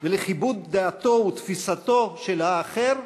ולכיבוד דעתו ותפיסתו של האחר,